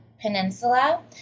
peninsula